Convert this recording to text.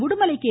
Udumalai K